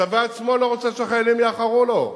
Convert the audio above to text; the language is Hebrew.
הצבא עצמו לא רוצה שהחיילים יאחרו לו.